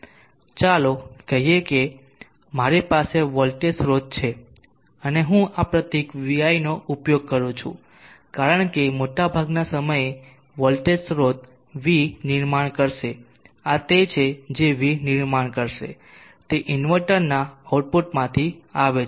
ચાલો કહીએ કે મારી પાસે વોલ્ટેજ સ્રોત છે અને હું આ પ્રતીક vi નો ઉપયોગ કરું છું કારણ કે મોટાભાગના સમયે વોલ્ટેજ સ્રોત v નિર્માણ કરશે આ તે છે જે v નિર્માણ કરશે તે ઇન્વર્ટરના આઉટપુટમાંથી આવે છે